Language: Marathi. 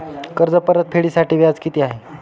कर्ज परतफेडीसाठी व्याज किती आहे?